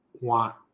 want